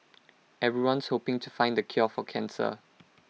everyone's hoping to find the cure for cancer